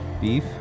Beef